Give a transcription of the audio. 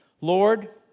Lord